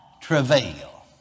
travail